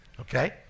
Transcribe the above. okay